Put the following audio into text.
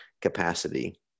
capacity